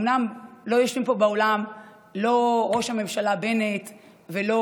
אומנם לא יושבים פה באולם לא ראש הממשלה בנט ולא